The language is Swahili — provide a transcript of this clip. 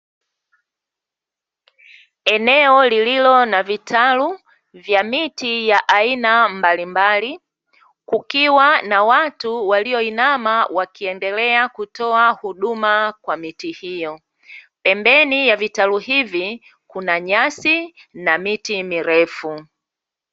Eneo lililo na vitalu vya miti ya aina mbalimbali, kukiwa na watu walioinama wakiendelea kutoa huduma kwa miti hiyo. Pembeni ya vitalu hivi kuna nyasi na miti mirefu.